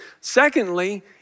Secondly